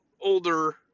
older